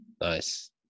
nice